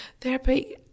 therapy